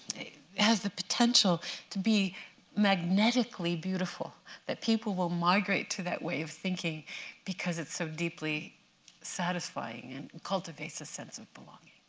has the potential to be magnetically beautiful that people will migrate to that way of thinking because it's so deeply satisfying and cultivates a sense of belonging.